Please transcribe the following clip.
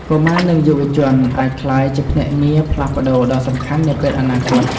កុមារនិងយុវជន អាចក្លាយជាភ្នាក់ងារផ្លាស់ប្តូរដ៏សំខាន់នាពេលអនាគត។